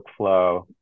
workflow